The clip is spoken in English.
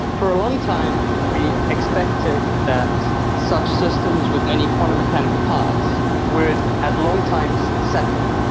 for a long time we expected that such systems with many quantum mechanical parts would at long times settle.